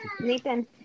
Nathan